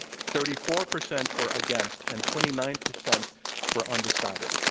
thirty four percent were against, and twenty nine percent were undecided.